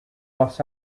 los